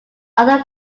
other